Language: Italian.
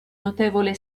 notevole